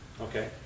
Okay